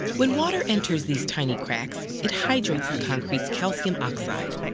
when water enters these tiny cracks, it hydrates the concrete's calcium oxide.